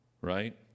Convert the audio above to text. Right